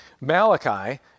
Malachi